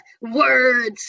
Words